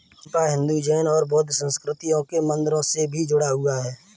चंपा हिंदू, जैन और बौद्ध संस्कृतियों के मंदिरों से भी जुड़ा हुआ है